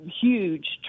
huge